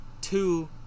two